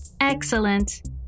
Excellent